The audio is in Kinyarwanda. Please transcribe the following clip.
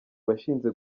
washinze